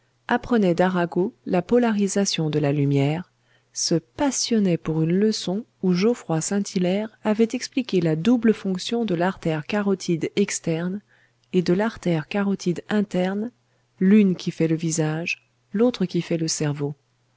apprenait d'arago la polarisation de la lumière se passionnait pour une leçon où geoffroy saint-hilaire avait expliqué la double fonction de l'artère carotide externe et de l'artère carotide interne l'une qui fait le visage l'autre qui fait le cerveau